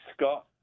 Scott